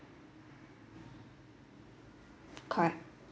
correct